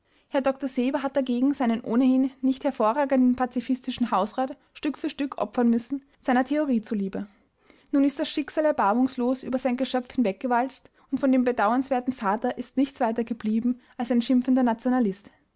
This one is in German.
herr dr seber hat dagegen seinen ohnehin nicht hervorragenden pazifistischen hausrat stück für stück opfern müssen seiner theorie zuliebe nun ist das schicksal erbarmungslos über sein geschöpf hinweggewalzt und von dem bedauernswerten vater ist nichts weiter geblieben als ein schimpfender nationalist